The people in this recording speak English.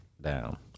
down